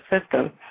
system